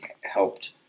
helped